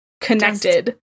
connected